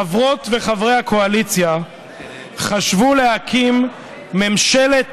חברות וחברי האופוזיציה חשבו להקים ממשלת